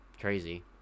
crazy